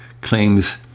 Claims